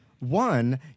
One